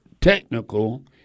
technical